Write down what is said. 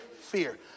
fear